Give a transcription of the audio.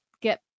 get